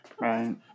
right